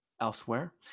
elsewhere